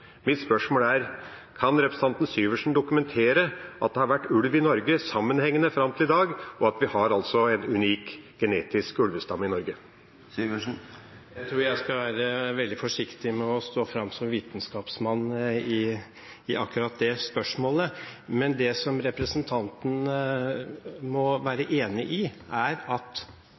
Mitt spørsmål er: Kan representanten Syversen dokumentere at det har vært ulv i Norge sammenhengende fram til i dag, og at vi har en unik genetisk ulvestamme i Norge? Jeg tror jeg skal være veldig forsiktig med å stå fram som vitenskapsmann i akkurat det spørsmålet, men det som representanten må være enig i, er at